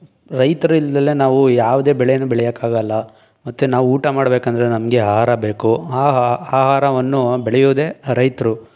ರೈತರಿಲ್ಲದಲೇ ನಾವು ಯಾವುದೇ ಬೆಳೆಯನ್ನು ಬೆಳೆಯಕ್ಕೆ ಆಗೋಲ್ಲ ಮತ್ತು ನಾವು ಊಟ ಮಾಡಬೇಕಂದ್ರೆ ನಮಗೆ ಆಹಾರ ಬೇಕು ಆ ಆ ಆಹಾರವನ್ನು ಬೆಳೆಯೋದೇ ರೈತರು